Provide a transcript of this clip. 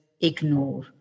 ignore